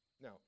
Now